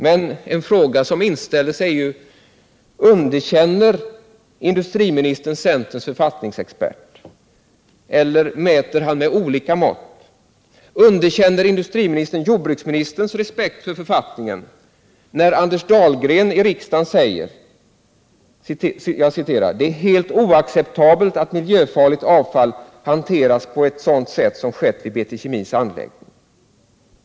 Men en fråga som inställer sig är denna: Underkänner industriministern centerns författningsexpert, eller mäter han med olika mått? Underkänner industriministern jordbruksministern Anders Dahlgrens respekt för författningen när denne i riksdagen säger att det är ”helt oacceptabelt att miljöfarligt avfall hanteras på ett sådant sätt som skett vid BT Kemis anläggning”.